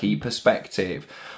perspective